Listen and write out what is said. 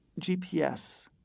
GPS